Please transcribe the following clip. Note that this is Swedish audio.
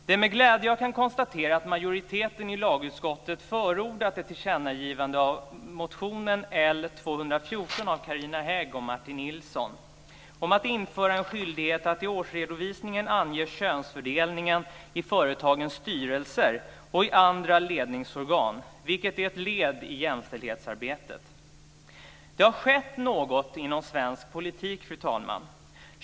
Det är med glädje jag kan konstatera att majoriteten i lagutskottet förordat ett tillkännagivande beträffande motionen L214 av Carina Hägg och Martin Nilsson om att införa en skyldighet att i årsredovisningen ange könsfördelningen i företagens styrelser och i andra ledningsorgan. Det är ett led i jämställdhetsarbetet. Det har skett något inom svensk politik, fru talman.